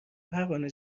پروانه